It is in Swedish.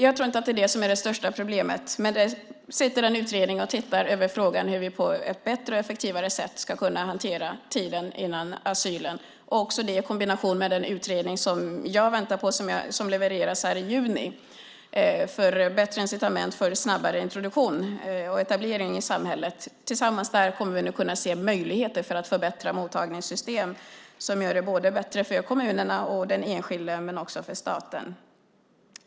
Jag tror inte att det är det som är det största problemet, men det sitter en utredningen som tittar över frågan, hur vi på ett bättre och effektivare sätt ska kunna hantera tiden före asylen. Och det sker i kombination med den utredning som jag väntar på, som levereras i juni, om bättre incitament och snabbare introduktion och etablering i samhället. Tillsammans kommer vi nu att kunna se möjligheter för att förbättra mottagningssystem som gör det bättre för kommunerna och den enskilde men också för staten.